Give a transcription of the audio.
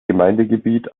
gemeindegebiet